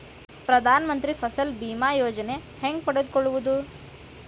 ಪ್ರಧಾನ ಮಂತ್ರಿ ಫಸಲ್ ಭೇಮಾ ಯೋಜನೆ ಹೆಂಗೆ ಪಡೆದುಕೊಳ್ಳುವುದು?